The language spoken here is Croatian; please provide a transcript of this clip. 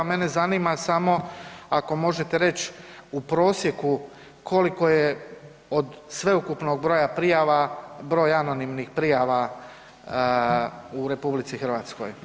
Mene zanima samo ako možete reć u prosijeku koliko je od sveukupnog broja prijava broj anonimnih prijava u RH?